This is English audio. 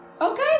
Okay